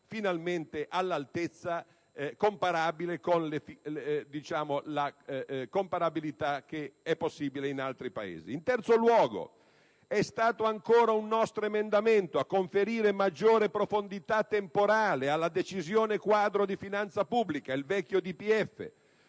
finalmente comparabile con quella di altri Paesi. In terzo luogo, è stato ancora un nostro emendamento a conferire maggiore profondità temporale alla Decisione quadro di finanza pubblica, il vecchio DPEF.